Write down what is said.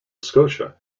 scotia